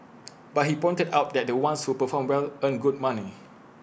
but he pointed out that the ones who perform well earn good money